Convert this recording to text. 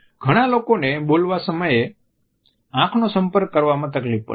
ઘણા લોકોને બોલવા સમયે આંખનો સંપર્ક કરવામાં તકલીફ પડે છે